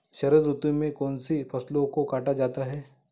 शरद ऋतु में कौन सी फसलों को काटा जाता है?